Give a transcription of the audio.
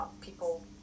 people